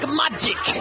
magic